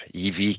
EV